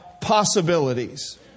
possibilities